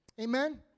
Amen